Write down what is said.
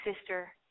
sister